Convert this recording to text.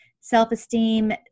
self-esteem